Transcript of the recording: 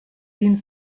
den